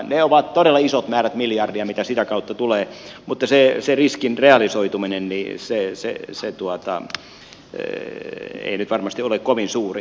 ne ovat todella isot määrät miljardeja mitä sitä kautta tulee mutta sen riskin realisoitumisen todennäköisyys ei nyt varmasti ole kovin suuri